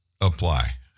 apply